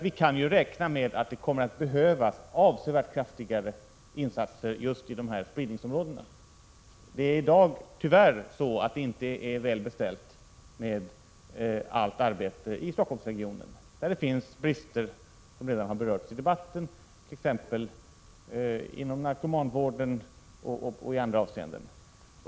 Vi kan ju räkna med att det kommer att behövas avsevärt kraftigare insatser i just dessa spridningsområden. I dag är det tyvärr inte så väl beställt med allt arbete i Stockholmsregionen, utan det finns brister som redan har berörts i debatten, inom narkomanvården och i 7 andra avseenden.